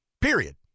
period